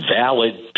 valid